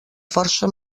força